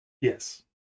Yes